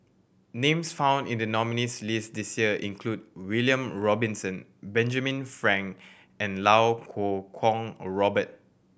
names found in the nominees' list this year include William Robinson Benjamin Frank and Iau Kuo Kwong Robert